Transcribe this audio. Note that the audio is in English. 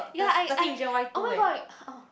ya I I oh-my-god oh